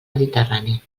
mediterrani